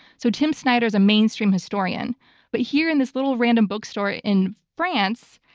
so tim snyder's a mainstream historian but here in this little random bookstore in france,